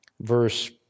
verse